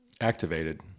Activated